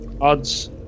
Odds